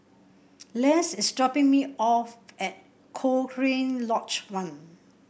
Les is dropping me off at Cochrane Lodge One